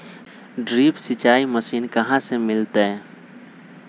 Drip सिंचाई machine कहाँ से मिलतै?